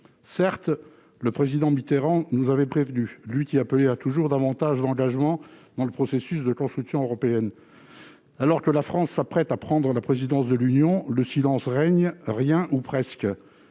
Certes, le président Mitterrand nous avait prévenus, lui qui appelait à toujours s'engager davantage dans le processus de construction européenne. Alors que la France s'apprête à prendre la présidence de l'Union, le silence règne : rien ou presque.